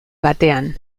batean